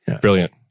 Brilliant